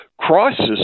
Crisis